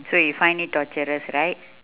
so you find it torturous right